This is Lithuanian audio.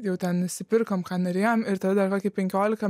jau ten nusipirkom ką norėjom ir tada dar kokį penkiolika